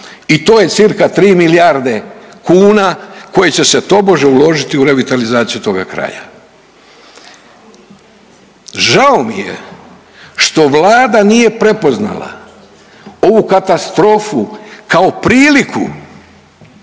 I to je cca 3 milijarde kuna koje će se tobože uložiti u revitalizaciju toga kraja. Žao mi je što Vlada nije prepoznala ovu katastrofu kao priliku